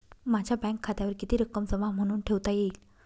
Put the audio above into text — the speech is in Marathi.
माझ्या बँक खात्यावर किती रक्कम जमा म्हणून ठेवता येईल?